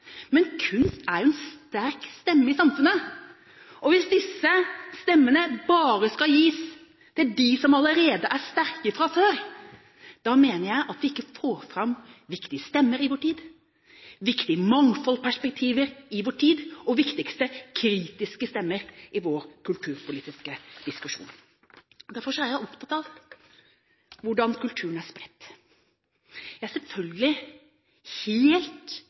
Men kunst er jo en sterk stemme i samfunnet, og hvis disse stemmene bare skal gis til dem som allerede er sterke fra før, mener jeg at vi ikke får fram viktige stemmer i vår tid, viktige mangfoldperspektiver i vår tid, og, det viktigste, kritiske stemmer i vår kulturpolitiske diskusjon. Derfor er jeg opptatt av hvordan kulturen er spredt. Det er selvfølgelig